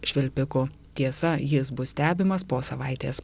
švilpiku tiesa jis bus stebimas po savaitės